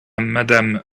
madame